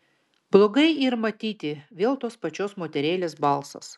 blogai yr matyti vėl tos pačios moterėlės balsas